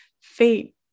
fate